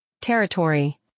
Territory